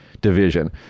division